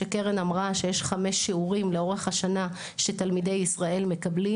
שקרן אמרה שיש חמש שיעורים לאורך השנה שתלמידי ישראל מקבלים,